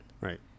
Right